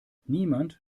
niemand